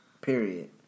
Period